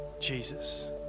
Jesus